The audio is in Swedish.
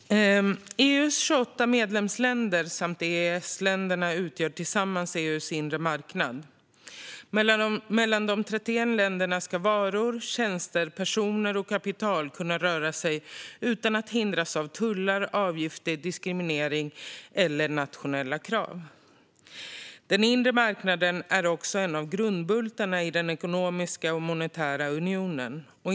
Fru talman! EU:s 28 medlemsländer och EES-länderna utgör tillsammans EU:s inre marknad. Mellan de 31 länderna ska varor, tjänster, personer och kapital kunna röra sig utan att hindras av tullar, avgifter, diskriminering eller nationella krav. Den inre marknaden är också en av grundbultarna i den ekonomiska och monetära unionen.